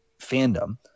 Fandom